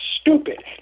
stupid